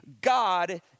God